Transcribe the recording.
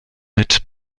mit